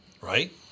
Right